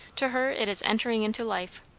to her, it is entering into life.